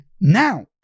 now